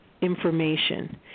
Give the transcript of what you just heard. information